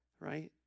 Right